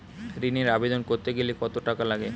ঋণের আবেদন করতে গেলে কত টাকা লাগে?